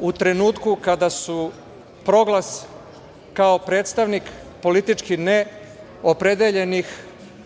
u trenutku kada su "Proglas" kao predstavnik politički neopredeljenih,